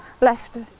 left